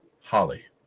Holly